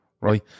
right